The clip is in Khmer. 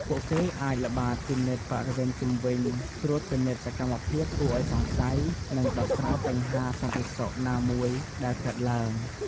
ពួកគេអាចល្បាតពិនិត្យបរិវេណជុំវិញ ត្រួតពិនិត្យសកម្មភាពគួរឲ្យសង្ស័យ និងដោះស្រាយបញ្ហាសន្តិសុខណាមួយដែលកើតឡើង។